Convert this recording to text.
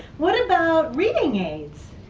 what about reading aids?